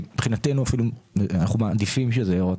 מבחינתנו אנחנו אפילו מעדיפים שהיא תהיה הוראת קבע.